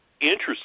interesting